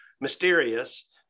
mysterious